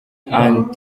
and